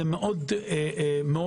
זה מאוד עוזר.